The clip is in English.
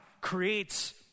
creates